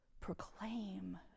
proclaim